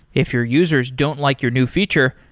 if your users don't like your new feature,